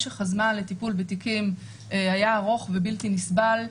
משך הזמן לטיפול בתיקים היה ארוך ובלתי נסבל.